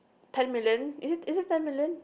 ten million is it is it ten million